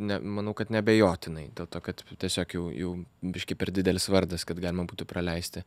ne manau kad neabejotinai dėl to kad tiesiog jau jų biškį per didelis vardas kad galima būtų praleisti